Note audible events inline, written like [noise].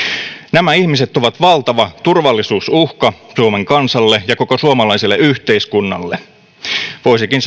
nämä ihmiset ovat valtava turvallisuusuhka suomen kansalle ja koko suomalaiselle yhteiskunnalle voisikin [unintelligible]